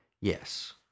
Yes